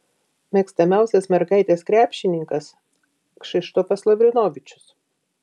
mėgstamiausias mergaitės krepšininkas kšištofas lavrinovičius